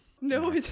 No